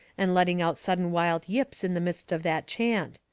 and letting out sudden wild yips in the midst of that chant.